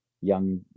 young